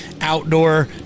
outdoor